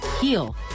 heal